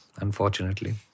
unfortunately